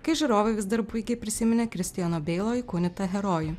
kai žiūrovai vis dar puikiai prisiminė kristiano beilo įkūnytą herojų